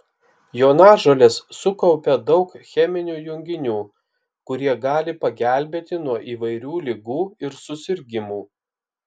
jonažolės sukaupia daug cheminių junginių kurie gali pagelbėti nuo įvairių ligų ir susirgimų